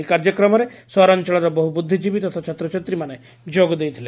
ଏହି କାର୍ଯ୍ୟକ୍ରମରେ ସହରାଞଳର ବହୁ ବୁବିଜୀବୀ ତଥା ଛାତ୍ରଛାତ୍ରୀମାନେ ଯୋଗ ଦେଇଥିଲେ